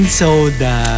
soda